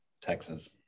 Texas